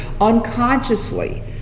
Unconsciously